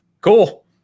Cool